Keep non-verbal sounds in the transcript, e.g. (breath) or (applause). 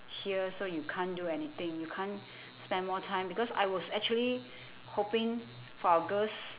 here so you can't do anything you can't (breath) spend more time because I was actually (breath) hoping for our girls